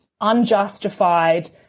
unjustified